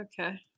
Okay